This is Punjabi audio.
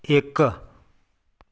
ਇੱਕ